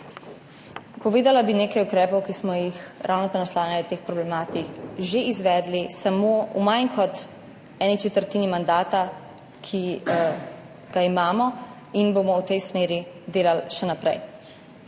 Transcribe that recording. Povedala bi nekaj ukrepov, ki smo jih ravno za naslavljanje teh problematik že izvedli v manj kot eni četrtini mandata, ki ga imamo, in bomo v tej smeri delali še naprej.